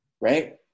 Right